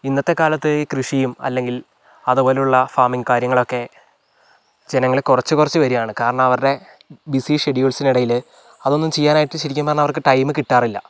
ഇന്നത്തെ കാലത്ത് ഈ കൃഷിയും അല്ലെങ്കിൽ അതേപോലുള്ള ഫാമിങ് കാര്യങ്ങളൊക്കെ ജനങ്ങൾ കുറച്ച് കുറച്ച് വരുവാണ് കാരണം അവരുടെ ബിസി ഷെഡ്യുൾസിനിടയില് അതൊന്നും ചെയ്യാനായിട്ട് ശെരിക്കും പറഞ്ഞാൽ അവർക്ക് ടൈം കിട്ടാറില്ല